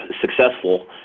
successful